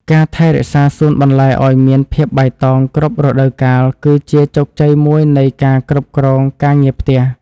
ការថែរក្សាសួនបន្លែឱ្យមានភាពបៃតងគ្រប់រដូវកាលគឺជាជោគជ័យមួយនៃការគ្រប់គ្រងការងារផ្ទះ។